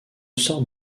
sorte